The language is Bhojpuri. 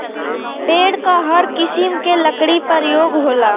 पेड़ क हर किसिम के लकड़ी परयोग होला